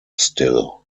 still